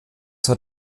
zur